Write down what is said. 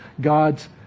God's